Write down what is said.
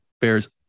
bears